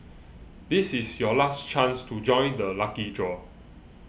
this is your last chance to join the lucky draw